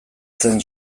zen